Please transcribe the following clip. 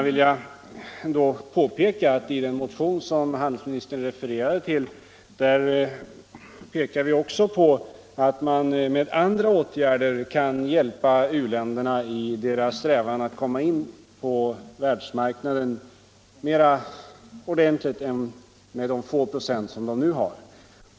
I den motion som handelsministern refererade till pekar vi också på att man med andra åtgärder kan hjälpa u-länderna i deras strävan att komma in på världsmarknaden mer ordentligt än med de få procent som de nu har.